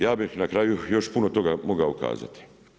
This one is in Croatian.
Ja bih na kraju još puno toga mogao kazati.